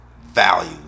value